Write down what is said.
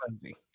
crazy